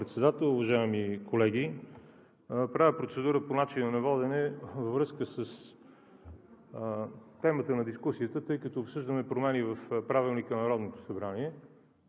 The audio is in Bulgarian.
Председател, уважаеми колеги! Правя процедура по начина на водене във връзка с темата на дискусията. Тъй като обсъждаме промени в Правилника на Народното събрание,